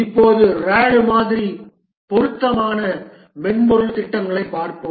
இப்போது RAD மாதிரி பொருத்தமான மென்பொருள் திட்டங்களைப் பார்ப்போம்